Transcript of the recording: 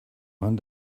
one